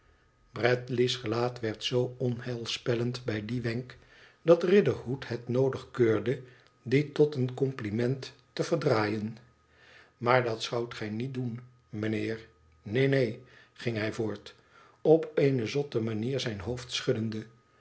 bradley's gelaat werd zoo onheilspellend bij dien wenk dat riderhood het noodig keurde dien tot een compliment te verdraaien maar dat zoudt gij niet doen meneer neen neen ging hij voort op eene zotte manier zijn hoofd schuddende